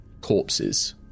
corpses